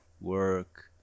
work